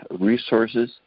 resources